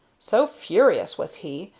so furious was he,